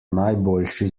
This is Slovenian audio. najboljši